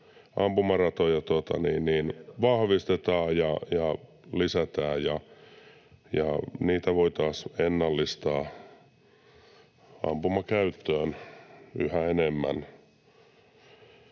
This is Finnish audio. ampumaratoja vahvistetaan ja lisätään. Niitä voitaisiin ennallistaa ampumakäyttöön yhä enemmän.